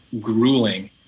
grueling